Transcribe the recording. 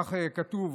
ככה כתוב,